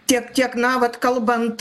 tiek kiek na vat kalbant